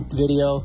video